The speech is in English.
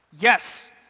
Yes